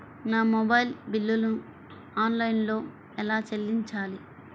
నా మొబైల్ బిల్లును ఆన్లైన్లో ఎలా చెల్లించాలి?